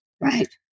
Right